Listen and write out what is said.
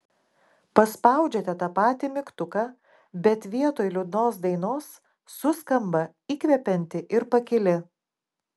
paspaudžiate tą patį mygtuką bet vietoj liūdnos dainos suskamba įkvepianti ir pakili